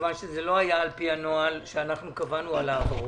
מכיוון שזה לא היה על פי הנוהל שאנחנו קבענו על העברות.